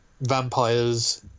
vampires